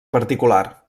particular